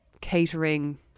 catering